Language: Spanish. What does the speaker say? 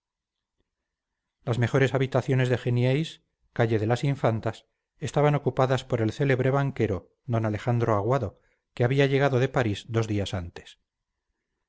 las mejores habitaciones de genieys calle de las infantas estaban ocupadas por el célebre banquero d alejandro aguado que había llegado de parís dos días antes